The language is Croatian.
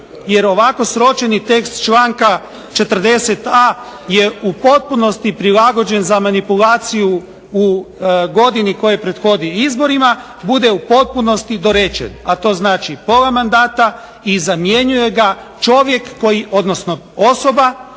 jer ovako sročeni tekst članka 40.a je u potpunosti prilagođen za manipulaciju u godini koja prethodi izborima, bude u potpunosti dorečen, a to znači pola mandata i zamjenjuje ga čovjek koji, odnosno osoba